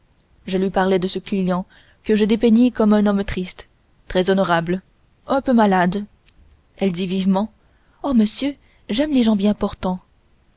je lui parlai de ce client que je dépeignis comme un homme triste très honorable un peu malade elle dit vivement oh monsieur j'aime les gens bien portants